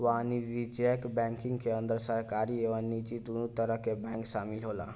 वाणिज्यक बैंकिंग के अंदर सरकारी आ निजी दुनो तरह के बैंक शामिल होला